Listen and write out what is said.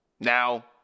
Now